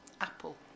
apple